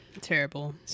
Terrible